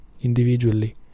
individually